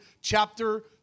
chapter